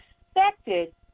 expected